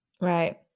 Right